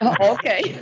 Okay